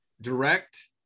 direct